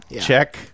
Check